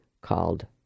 called